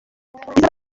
izaba